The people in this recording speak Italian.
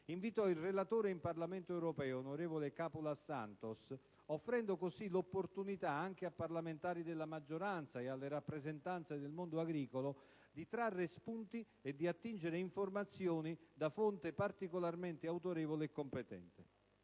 invitò il relatore in Parlamento europeo, onorevole Capoulas Santos, offrendo così l'opportunità anche a parlamentari della maggioranza e alle rappresentanze del mondo agricolo di trarre spunti e di attingere informazioni da fonte particolarmente autorevole e competente.